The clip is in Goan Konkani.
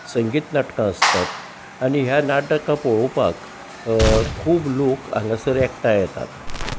संगीत नाटकां आसतात आनी ह्या नाटकां पळोवपाक खूब लोक हांगासर एकठांय येतात